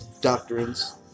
doctrines